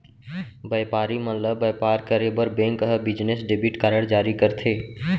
बयपारी मन ल बयपार करे बर बेंक ह बिजनेस डेबिट कारड जारी करथे